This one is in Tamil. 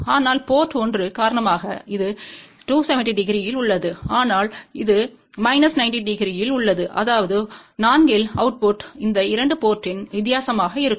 ஆனால் போர்ட் 1 காரணமாக இது 270 டிகிரி யில் உள்ளது ஆனால் இது மைனஸ் 90 டிகிரி யில் உள்ளதுஅதாவது 4 இல் அவுட்புட் இந்த 2 போர்ட்த்தின் வித்தியாசமாக இருக்கும்